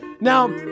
Now